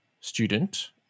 student